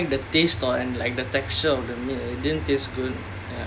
but honestly I I didn't even like the taste or and like the texture of the meat it didn't taste good ya